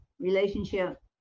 relationship